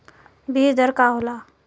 बीज दर का होला?